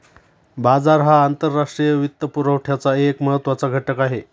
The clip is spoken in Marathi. बाजार हा आंतरराष्ट्रीय वित्तपुरवठ्याचा एक महत्त्वाचा घटक आहे